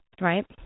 right